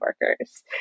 workers